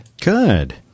Good